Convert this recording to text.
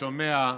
שומע,